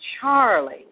charlie